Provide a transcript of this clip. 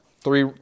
three